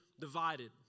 divided